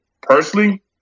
Personally